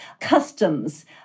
customs